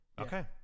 Okay